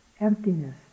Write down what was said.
Emptiness